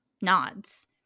nods